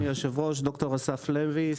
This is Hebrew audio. ד"ר אסף לוי,